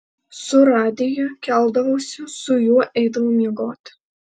su radiju keldavausi su juo eidavau miegoti